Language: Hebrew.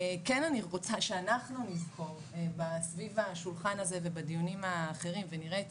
אני כן רוצה שאנחנו מכאן סביב השולחן הזה ובדיונים האחרים נראה את